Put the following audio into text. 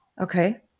Okay